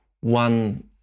one